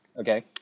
Okay